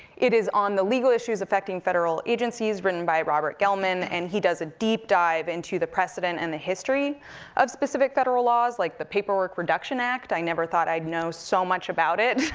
it is on the legal issues affecting federal agencies, written by robert gellman, and he does a deep dive into the precedent and the history of specific federal laws. like the paperwork reduction act, i never thought i'd know so much about it,